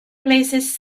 places